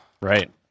Right